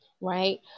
Right